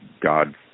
God